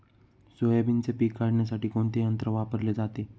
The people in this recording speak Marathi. सोयाबीनचे पीक काढण्यासाठी कोणते यंत्र वापरले जाते?